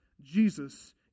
Jesus